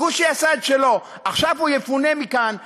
הכושי עשה את שלו, עכשיו הוא יפונה מכאן באלימות,